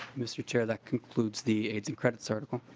mr. chair that concludes the aids and credits article.